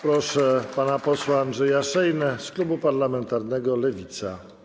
Proszę pana posła Andrzeja Szejnę z klubu parlamentarnego Lewica.